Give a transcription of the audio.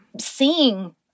seeing